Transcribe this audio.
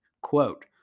Quote